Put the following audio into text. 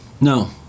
no